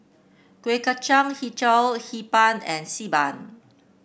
Kuih Kacang hijau Hee Pan and Xi Ban